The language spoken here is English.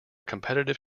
competitive